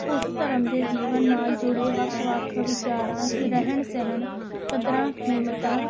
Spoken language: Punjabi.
ਉਸ ਧਰਮ ਦੇ ਜੀਵਨ ਨਾਲ ਜੁੜੇ ਵੱਖ ਵੱਖ ਵਿਚਾਰਾਂ ਰਹਿਣ ਸਹਿਣ ਕਦਰਾਂ ਕੀਮਤਾਂ